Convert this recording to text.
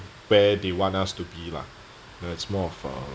where they want us to be lah that's more of uh